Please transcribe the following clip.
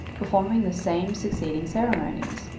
performing the same succeeding ceremonies.